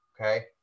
okay